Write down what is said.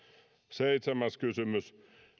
seitsemäs kysymys